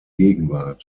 gegenwart